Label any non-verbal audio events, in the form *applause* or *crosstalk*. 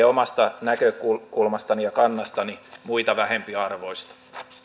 *unintelligible* omasta näkökulmastani ja kannastani muita vähempiarvoista